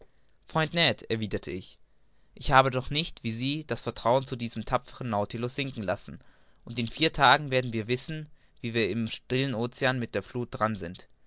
freund ned erwiderte ich ich habe noch nicht wie sie das vertrauen zu diesem tapfern nautilus sinken lassen und in vier tagen werden wir wissen wie wir im stillen ocean mit der fluth dran sind